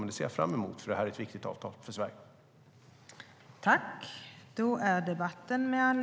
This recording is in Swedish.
Men det ser jag fram emot, för detta är ett viktigt avtal för Sverige.